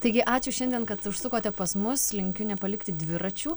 taigi ačiū šiandien kad užsukote pas mus linkiu nepalikti dviračių